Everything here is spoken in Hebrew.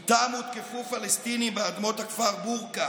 שאיתם הותקפו פלסטינים על אדמות הכפר בורקה